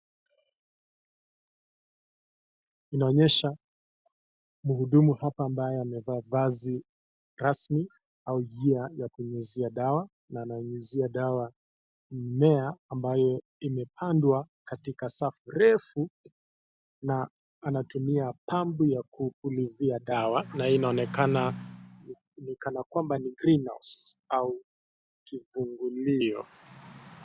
Inaoyesha mhudumu hapa ambaye mavazi rasmi au ya kunyunyuzia dawa, na ananyunyuzia dawa mimea ambayo kimepandwa katika safu refu na anatumia pampu ya kupulizia dawa na inaonekana Kana kwamba ni (CS) green house (CS) au kifungilio.